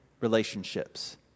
relationships